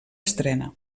estrena